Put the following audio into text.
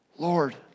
Lord